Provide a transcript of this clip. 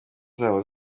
zabo